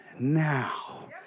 Now